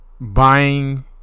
buying